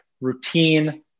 routine